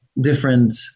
different